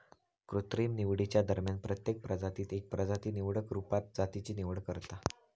कृत्रिम निवडीच्या दरम्यान प्रत्येक प्रजातीत एक प्रजाती निवडक रुपात जातीची निवड करता